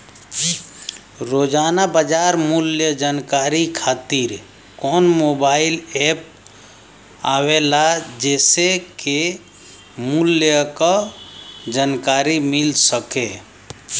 रोजाना बाजार मूल्य जानकारी खातीर कवन मोबाइल ऐप आवेला जेसे के मूल्य क जानकारी मिल सके?